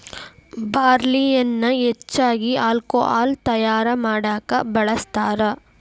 ಬಾರ್ಲಿಯನ್ನಾ ಹೆಚ್ಚಾಗಿ ಹಾಲ್ಕೊಹಾಲ್ ತಯಾರಾ ಮಾಡಾಕ ಬಳ್ಸತಾರ